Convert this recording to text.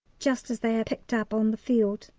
just as they are picked up on the field.